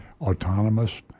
autonomous